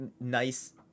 nice